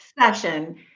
session